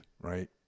right